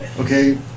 Okay